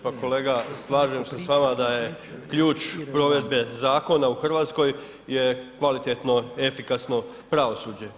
Pa kolega, slažem se s vama da je ključ provede zakona u Hrvatskoj kvalitetno i efikasno pravosuđe.